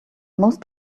most